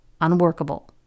unworkable